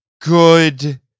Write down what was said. good